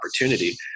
opportunity